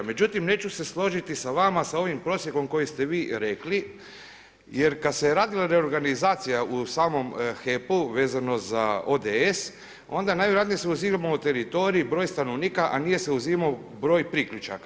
Međutim, neću se složiti sa vama sa ovim prosjekom koji ste vi rekli jer kada se radila reorganizacija u samom HEP-u vezano za ODS, onda najvjerojatnije se uzimao teritorij, broj stanovnika, a nije se uzimao broj priključaka.